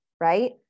right